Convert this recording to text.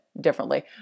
differently